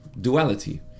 duality